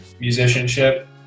musicianship